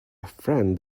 friend